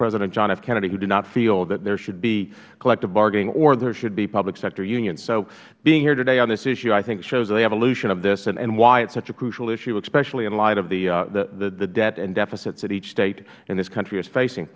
president john f kennedy who did not feel that there should be collective bargaining or there should be public sector unions so being here today on this issue i think shows the evolution of this and why it is such a crucial issue especially in light of the debt and deficits that each state in this country is facing